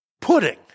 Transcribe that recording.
pudding